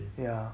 ya